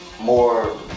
more